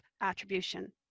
attribution